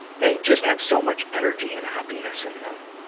they just have so much energy and happiness in them.